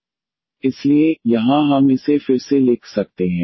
e2ydydxexx2 इसलिए यहां हम इसे फिर से लिख सकते हैं